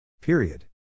Period